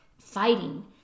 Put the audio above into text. fighting